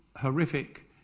horrific